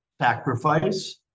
sacrifice